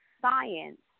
Science